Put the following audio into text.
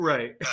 Right